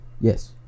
Yes